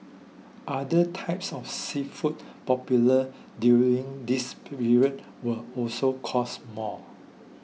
other types of seafood popular during this period will also cost more